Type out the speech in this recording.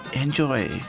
enjoy